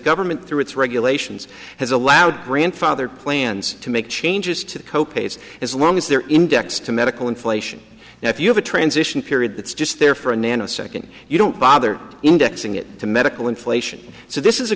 government through its regulations has allowed grandfather plans to make changes to the co pays as long as they're indexed to medical inflation and if you have a transition period that's just there for a nanosecond you don't bother indexing it to medical inflation so this is a